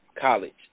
college